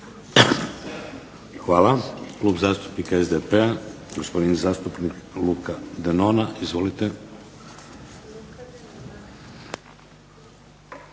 Hvala. Klub zastupnika SDP-a, gospodin zastupnik Luka Denona. Izvolite.